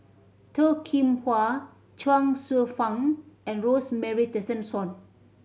Toh Kim Hwa Chuang Hsueh Fang and Rosemary Tessensohn